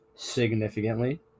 Significantly